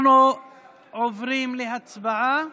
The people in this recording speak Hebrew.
אנחנו עוברים להצבעה.